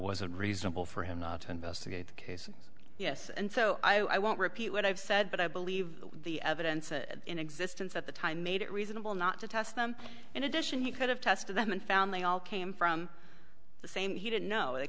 was unreasonable for him not to investigate the case yes and so i won't repeat what i've said but i believe the evidence in existence at the time made it reasonable not to test them in addition he could have tested them and found they all came from the same he didn't know they